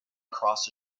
across